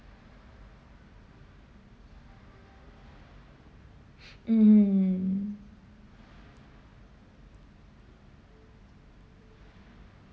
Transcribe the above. mm